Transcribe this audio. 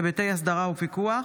היבטי הסדרה ופיקוח.